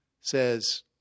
says